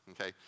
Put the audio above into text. Okay